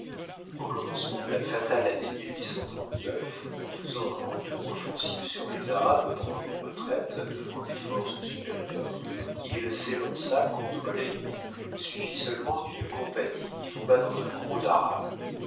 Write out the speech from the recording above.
au commencement de la fatale année en faisant un retour offensif sur les arabes pendant une retraite devant des forces supérieures il s'élança contre l'ennemi suivi seulement d'une compagnie qui tomba dans un gros d'arabes